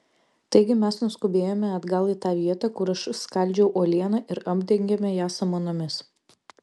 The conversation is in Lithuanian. taigi mes nuskubėjome atgal į tą vietą kur aš skaldžiau uolieną ir apdengėme ją samanomis